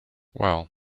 well